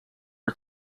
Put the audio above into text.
are